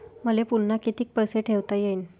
मले पुन्हा कितीक पैसे ठेवता येईन?